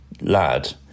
lad